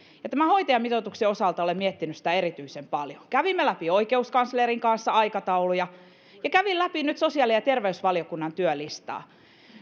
ja tämän hoitajamitoituksen osalta olen miettinyt sitä erityisen paljon kävimme läpi oikeuskanslerin kanssa aikatauluja ja kävin nyt läpi sosiaali ja terveysvaliokunnan työlistaa